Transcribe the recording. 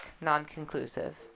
non-conclusive